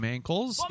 Ankles